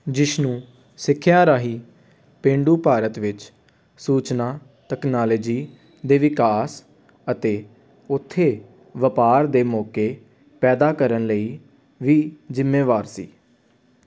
ਜਿਸ਼ਨੂ ਸਿੱਖਿਆ ਰਾਹੀਂ ਪੇਂਡੂ ਭਾਰਤ ਵਿੱਚ ਸੂਚਨਾ ਤਕਨਾਲੋਜੀ ਦੇ ਵਿਕਾਸ ਅਤੇ ਉੱਥੇ ਵਪਾਰ ਦੇ ਮੌਕੇ ਪੈਦਾ ਕਰਨ ਲਈ ਵੀ ਜ਼ਿੰਮੇਵਾਰ ਸੀ